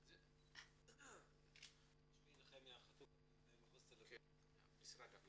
אני מנהל מחוז תל אביב והמרכז במשרד העלייה והקליטה.